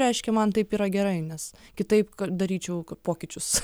reiškia man taip yra gerai nes kitaip ka daryčiau pokyčius